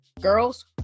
Girls